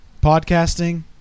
Podcasting